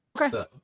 Okay